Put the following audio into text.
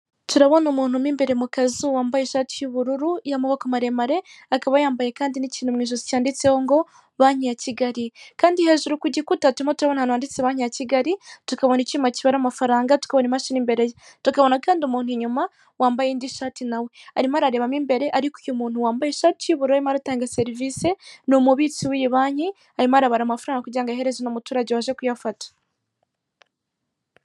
Turabona umuntu mo imbere mu kazu wambaye ishati y'ubururu y'amaboko maremare, akaba yambaye kandi n'ikintu mu ijosi ngo "Banki ya Kigali", kandi hejuru ku gikuta turimo turabona ahantu handitseho "Banki ya Kigali", tukabona icyuma kibara amafaranga, tukabona imashini imbere ye, tukabona kandi umuntu inyuma wambaye indi shati nawe arimo ararebamo imbere ariko uyu muntu wambaye ishati y'ubururu, arimo aratanga serivise ni umubitsi w'iyi banki, arimo arabara amafaranga kugira ngo ayahereze uno muturage waje kuyafata.